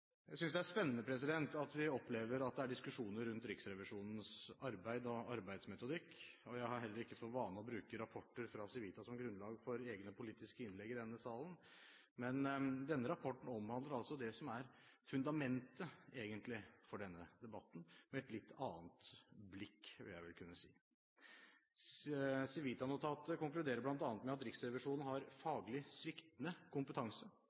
Jeg synes det er spennende at vi opplever at det er diskusjoner rundt Riksrevisjonens arbeid og arbeidsmetodikk. Jeg har heller ikke for vane å bruke rapporter fra Civita som grunnlag for egne politiske innlegg i denne salen, men denne rapporten omhandler altså det som er fundamentet, egentlig, for denne debatten, med et litt annet blikk – vil jeg vel kunne si. Civita-notatet konkluderer bl.a. med at Riksrevisjonen har faglig sviktende kompetanse,